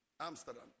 Amsterdam